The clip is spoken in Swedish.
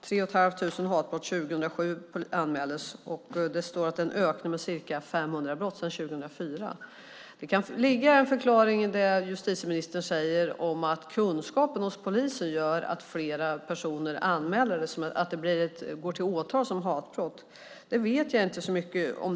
3 500 hatbrott anmäldes 2007, och det är en ökning med ca 500 brott sedan 2004. Det kan ligga en förklaring i det justitieministern säger om att kunskapen hos polisen gör att fler går till åtal som hatbrott. Det vet jag inte så mycket om.